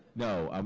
no. um